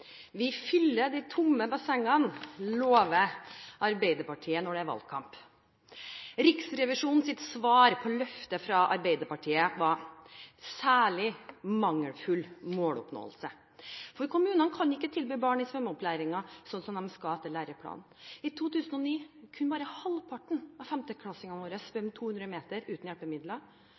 Vi fyller de tomme bassengene, lover Arbeiderpartiet når det er valgkamp. Riksrevisjonens svar på løftet fra Arbeiderpartiet var: særlig mangelfull måloppnåelse. For kommunene kan ikke tilby barn den svømmeopplæringen som de skal etter læreplanen. I 2009 kunne bare halvparten av 5.-klassingene våre svømme 200 meter uten hjelpemidler,